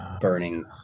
burning